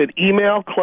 email